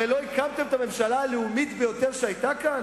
הרי לא הקמתם את הממשלה הלאומית ביותר שהיתה כאן?